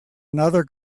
another